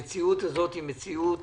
המציאות הזאת היא מציאות